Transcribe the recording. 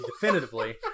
definitively